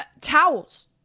towels